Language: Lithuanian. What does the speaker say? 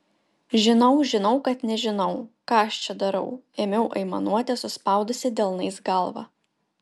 žinau žinau kad nežinau ką aš čia darau ėmiau aimanuoti suspaudusi delnais galvą